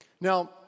Now